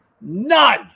None